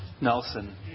Nelson